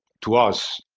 to us,